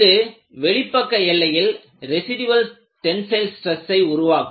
இது வெளிப்பக்க எல்லையில் ரெசிடியல் டென்சைல் ஸ்ட்ரெஸ்ஸை உருவாக்கும்